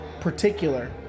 particular